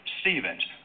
Stevens